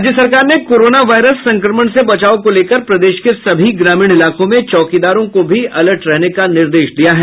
राज्य सरकार ने कोरोना वायरस संक्रमण से बचाव को लेकर प्रदेश के सभी ग्रामीण इलाकों में चौकीदारों को भी अलर्ट रहने का निर्देश दिया है